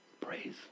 Praise